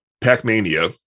pac-mania